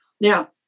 Now